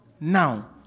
now